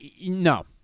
No